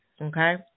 Okay